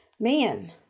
Man